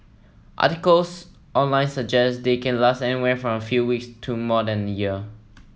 articles online suggest they can last anywhere from a few weeks to more than a year